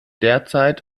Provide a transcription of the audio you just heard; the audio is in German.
derzeit